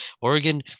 Oregon